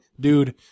dude